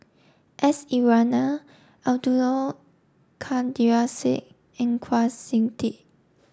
S Iswaran Abdul Kadir Syed and Kwa Siew Tee